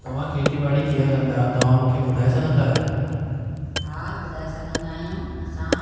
तव्हां खेती बाड़ी कीअं कंदा आहियो तव्हां मूंखे ॿुधाए सघंदा आहियो हा ॿुधाए सघंदा आहियूं असां